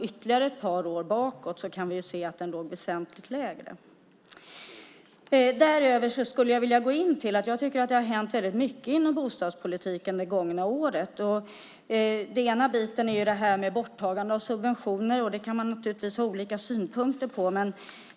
Ytterligare ett par år bakåt kan vi se att den låg väsentligt lägre. Jag tycker att det har hänt mycket inom bostadspolitiken under det gångna året. En bit är borttagande av subventioner. Det kan man naturligtvis ha olika synpunkter på.